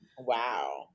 Wow